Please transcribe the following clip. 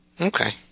Okay